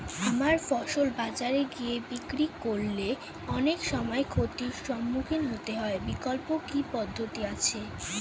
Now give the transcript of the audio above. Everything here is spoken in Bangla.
আমার ফসল বাজারে গিয়ে বিক্রি করলে অনেক সময় ক্ষতির সম্মুখীন হতে হয় বিকল্প কি পদ্ধতি আছে?